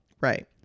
Right